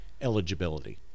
eligibility